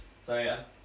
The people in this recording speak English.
sorry ah